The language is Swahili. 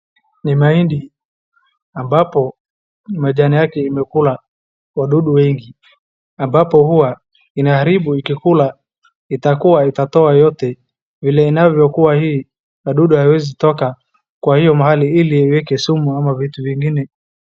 Ni mahindi ambapo majani yake imekula wadudu wengi ambapo hua inaharibu ikikula itakuwa itoa yote. Vile inavyokuwa hii wadudu hawawezi toka kwa hiyo mahali ili iweke sumu ama vitu vingine.